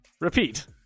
repeat